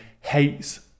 hates